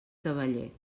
cavaller